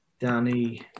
Danny